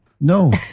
No